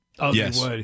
Yes